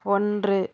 ஒன்று